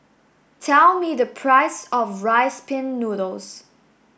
tell me the price of rice pin noodles